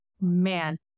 Man